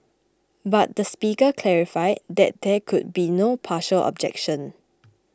but the Speaker clarified that there could be no partial objection